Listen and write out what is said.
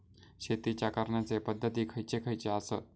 शेतीच्या करण्याचे पध्दती खैचे खैचे आसत?